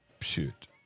Shoot